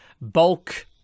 bulk